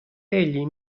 egli